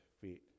feet